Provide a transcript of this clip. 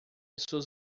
suas